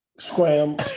Scram